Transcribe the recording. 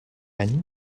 any